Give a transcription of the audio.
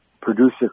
producer